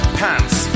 pants